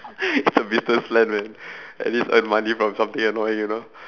it's a business plan man at least earn money from something annoying you know